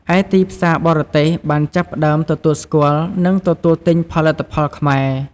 ឯទីផ្សារបរទេសបានចាប់ផ្ដើមទទួលស្គាល់ និងទទួលទិញផលិតផលខ្មែរ។